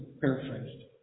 paraphrased